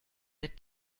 der